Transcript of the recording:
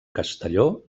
castelló